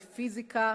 בפיזיקה,